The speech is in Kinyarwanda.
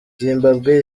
zimbabwe